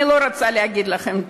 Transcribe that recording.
אני לא רוצה להגיד לכם,